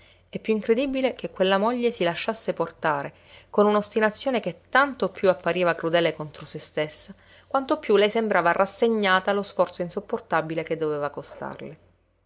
e più incredibile che quella moglie si lasciasse portare con un'ostinazione che tanto più appariva crudele contro se stessa quanto più lei sembrava rassegnata allo sforzo insopportabile che doveva costarle